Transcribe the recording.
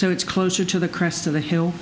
so it's closer to the crest of the hill